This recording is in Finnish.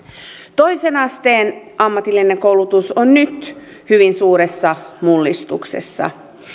toisen asteen ammatillinen koulutus on nyt hyvin suuressa mullistuksessa